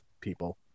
people